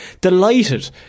Delighted